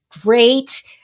great